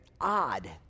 odd